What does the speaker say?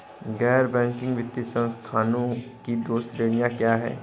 गैर बैंकिंग वित्तीय संस्थानों की दो श्रेणियाँ क्या हैं?